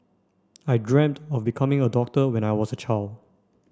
I dreamt of becoming a doctor when I was a child